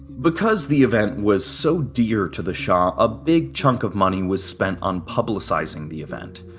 because the event was so dear to the shah, a big chunk of money was spent on publicizing the event.